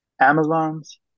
Amazon's